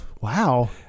Wow